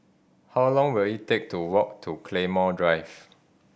how long will it take to walk to Claymore Drive